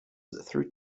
through